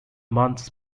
months